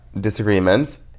disagreements